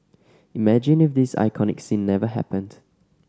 imagine if this iconic scene never happened